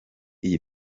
iyi